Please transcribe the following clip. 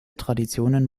traditionen